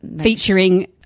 featuring